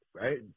right